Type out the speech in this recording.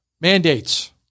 mandates